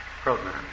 program